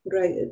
right